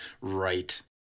right